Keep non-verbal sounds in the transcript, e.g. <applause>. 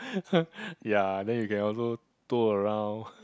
<laughs> ya then you can also tour around